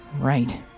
Right